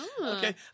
Okay